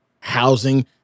housing